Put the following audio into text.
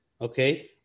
okay